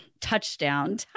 touchdown